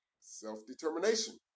self-determination